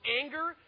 anger